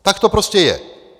Tak to prostě je.